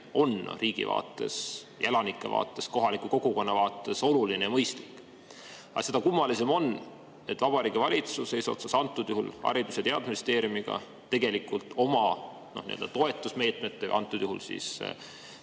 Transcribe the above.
on riigi vaates, elanike vaates ning kohaliku kogukonna vaates oluline ja mõistlik. Seda kummalisem on, et Vabariigi Valitsus, eesotsas Haridus- ja Teadusministeeriumiga tegelikult oma toetusmeetmetega, antud juhul